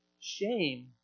Shame